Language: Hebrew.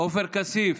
עופר כסיף,